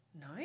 No